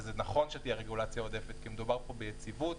וזה נכון שתהיה רגולציה עודפת כי מדובר פה ביציבות